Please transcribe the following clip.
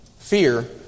Fear